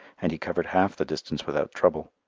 and he covered half the distance without trouble.